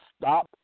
stop